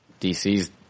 DC's